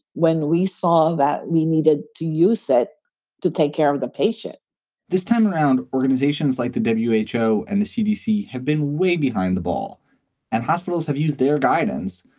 when we saw that, we needed to use it to take care of the patient this time around, organizations like the w h o. and the cdc have been way behind the ball and hospitals have used their guidance,